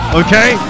okay